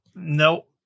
No